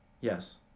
yes